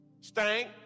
stank